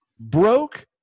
broke